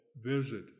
visit